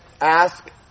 ask